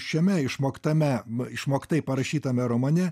šiame išmoktame išmoktai parašytame romane